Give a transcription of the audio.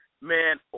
Man